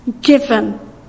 given